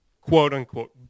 quote-unquote